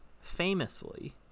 famously